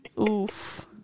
Oof